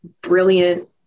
brilliant